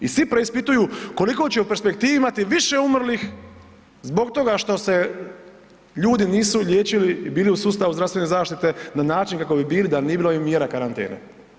I svi preispituju koliko će u perspektivi imati više umrlih zbog toga što se ljudi nisu liječili i bili u sustavu zdravstvene zaštite na način kako bi bili da nije bilo ovih mjera karantene.